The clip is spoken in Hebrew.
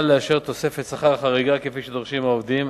לאשר תוספת שכר חריגה כפי שדורשים העובדים,